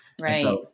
Right